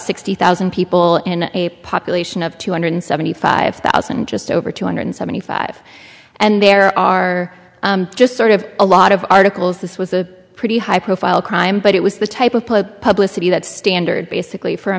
sixty thousand people in a population of two hundred seventy five thousand just over two hundred seventy five and there are just sort of a lot of articles this was a pretty high profile crime but it was the type of pope publicized that standard basically for a